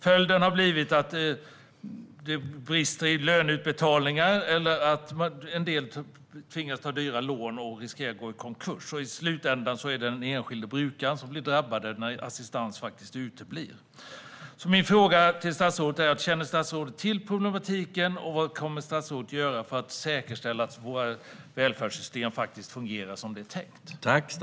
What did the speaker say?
Följden har blivit att det brister i löneutbetalningar. En del har tvingats att ta dyra lån och riskerar att gå i konkurs. I slutändan är det den enskilda brukaren som blir drabbad när assistans uteblir. Min fråga till statsrådet är: Känner statsrådet till problematiken och vad kommer statsrådet att göra för att säkerställa att våra välfärdssystem fungerar som det är tänkt?